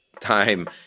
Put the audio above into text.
time